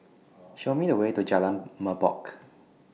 Show Me The Way to Jalan Merbok